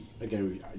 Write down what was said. again